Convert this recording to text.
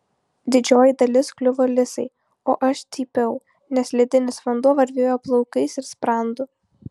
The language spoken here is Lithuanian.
didžioji dalis kliuvo lisai o aš cypiau nes ledinis vanduo varvėjo plaukais ir sprandu